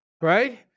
Right